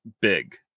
big